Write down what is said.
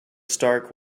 stark